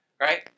Right